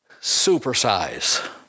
supersize